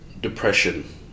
depression